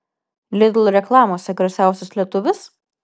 lidl reklamose garsiausias lietuvis